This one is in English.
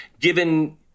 given